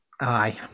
aye